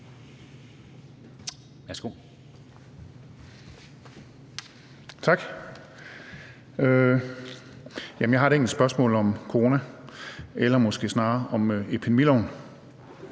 Jeg har et enkelt spørgsmål om corona eller måske snarere om epidemiloven.